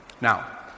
Now